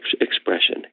expression